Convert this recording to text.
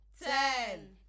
Ten